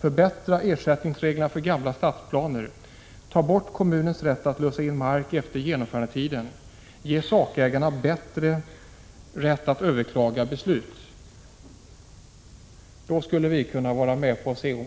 Förbättra ersättningsreglerna för gamla stadsplaner. Ta bort kommunens rätt att lösa in mark efter genomförandetiden. Ge sakägarna bättre rätt att överklaga beslut. Då skulle lagen